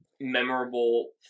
memorable